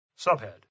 Subhead